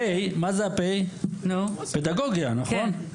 בגפ"ן, ה-פ' היא פדגוגיה, נכון?